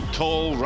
tall